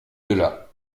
delà